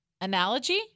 analogy